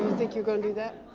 think you're gonna do that?